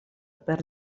per